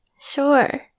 Sure